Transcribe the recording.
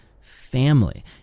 family